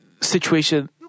situation